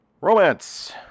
Romance